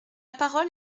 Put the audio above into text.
parole